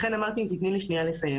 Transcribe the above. לכן אמרתי אם תיתני לי לסיים.